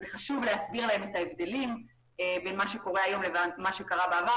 אז חשוב להסביר להם את ההבדלים בין מה שקורה היום לבין מה שקרה בעבר,